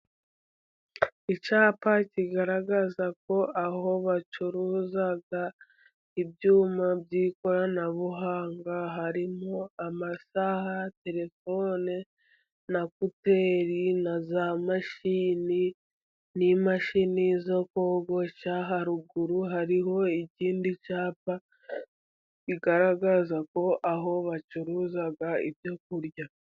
Icyapa kigaragaza ko aho bacuruza ibyuma by'ikoranabuhanga, harimo amasaha, terefone na kuteri na za mashini n'imashini zo kogosha, haruguru hariho ikindi cyapa, bigaragaza ko aho bacuruza ibyo kurya.